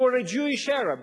You're a Jewish Arab ,